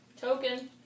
Token